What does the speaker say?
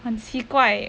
很奇怪